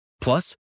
Plus